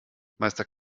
meister